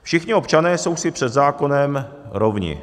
Všichni občané jsou si před zákonem rovni.